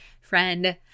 Friend